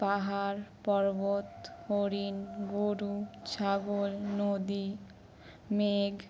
পাহাড় পর্বত হরিণ গরু ছাগল নদী মেঘ